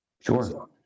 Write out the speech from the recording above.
Sure